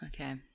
Okay